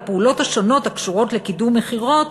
והפעולות השונות הקשורות לקידום מכירות